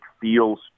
feels